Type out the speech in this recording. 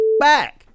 back